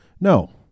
No